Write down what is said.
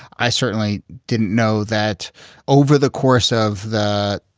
i certainly didn't know that over the course of the.